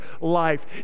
life